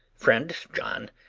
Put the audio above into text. friend john,